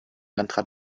landrat